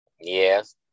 Yes